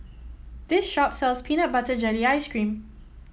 this shop sells Peanut Butter Jelly Ice cream